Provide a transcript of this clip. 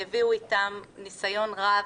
והביאו איתם ניסיון רב,